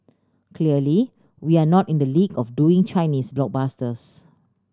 clearly we're not in the league of doing Chinese blockbusters